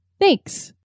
Thanks